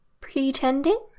Pretending